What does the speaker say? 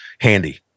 handy